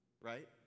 right